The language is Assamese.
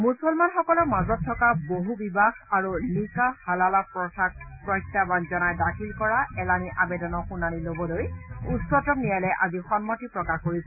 মুছলমানসকলৰ মাজত থকা বহু বিবাহ আৰু নিকাহ হালালা প্ৰথাক প্ৰত্যাহান জনাই দাখিল কৰা এলানি আবেদনৰ শুনানি ল'বলৈ উচ্চতম ন্যায়ালয়ে আজি সন্মতি প্ৰকাশ কৰিছে